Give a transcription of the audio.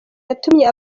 yatumye